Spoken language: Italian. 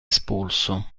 espulso